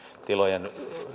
tilojen